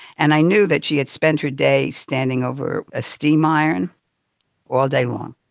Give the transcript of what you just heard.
and i knew that she had spent her day standing over a steam iron all day long.